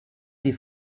die